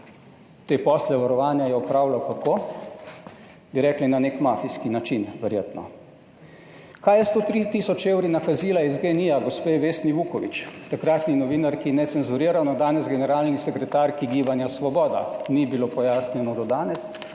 te posle varovanja je opravljal - kako - bi rekli, na nek mafijski način, verjetno. Kaj je s 103.000 evri nakazila iz GEN-I gospe Vesni Vuković, takratni novinarki Necenzurirano, danes generalni sekretarki Gibanja Svoboda, ni bilo pojasnjeno do danes